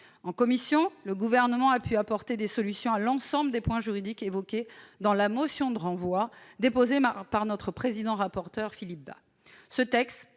En commission, le Gouvernement a pu apporter des solutions sur l'ensemble des points juridiques évoqués dans la motion tendant au renvoi déposée par M. le rapporteur Philippe Bas. Ce texte